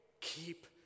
keep